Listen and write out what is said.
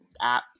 apps